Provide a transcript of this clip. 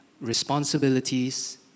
responsibilities